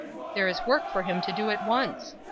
there is work for him to do at once.